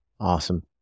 Awesome